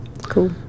Cool